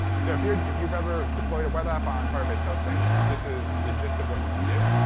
so if you've if you've ever deployed a web app on firebase hosting, this is the gist of what you can do.